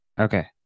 okay